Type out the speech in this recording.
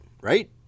right